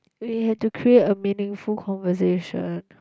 really you have to create a meaningful conversation